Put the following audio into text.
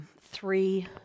three